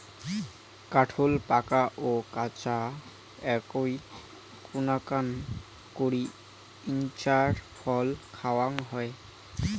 কাঠোল পাকা ও কাঁচা এ্যাই দুইনাকান করি ইঞার ফল খাওয়াং হই